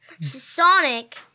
Sonic